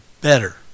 better